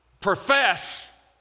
profess